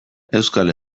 euskal